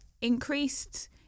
increased